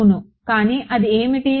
అవును కానీ అది ఏమిటి